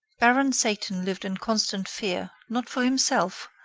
baron satan lived in constant fear, not for himself,